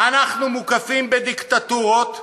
אנחנו מוקפים בדיקטטורות,